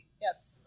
Yes